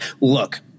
look